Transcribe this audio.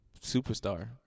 superstar